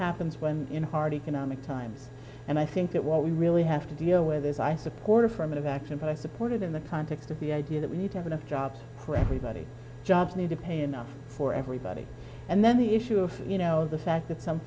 happens when in hard economic times i think that what we really have to deal with is i support affirmative action but i supported in the context of the idea that we need to have enough jobs for everybody just need to pay enough for everybody and then the issue of you know the fact that some